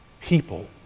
people